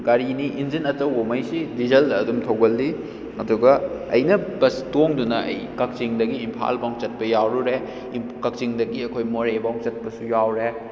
ꯒꯥꯔꯤꯅꯤ engine ꯑꯆꯧꯕꯉꯩꯁꯤ ꯗꯤꯖꯜꯅ ꯑꯗꯨꯝ ꯊꯧꯒꯜꯂꯤ ꯑꯗꯨꯒ ꯑꯩꯅ ꯕꯁ ꯇꯣꯡꯗꯨꯅ ꯑꯩ ꯀꯛꯆꯤꯡꯗꯒꯤ ꯏꯝꯐꯥꯜꯐꯥꯎꯕ ꯆꯠꯄ ꯌꯥꯎꯔꯨꯔꯦ ꯀꯛꯆꯤꯡꯗꯒꯤ ꯑꯩꯈꯣꯏ ꯃꯣꯔꯦꯐꯥꯎ ꯆꯠꯄꯁꯨ ꯌꯥꯎꯔꯦ